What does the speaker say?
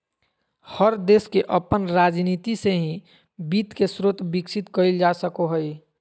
हर देश के अपन राजनीती से ही वित्त के स्रोत विकसित कईल जा सको हइ